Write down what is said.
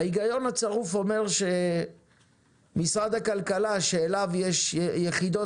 ההיגיון הצרוף אומר שמשרד הכלכלה - שיש לו יחידות